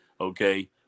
Okay